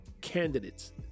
candidates